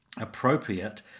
appropriate